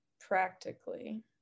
practically